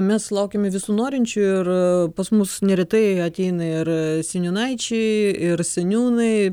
mes laukiame visų norinčių ir pas mus neretai ateina ir seniūnaičiai ir seniūnai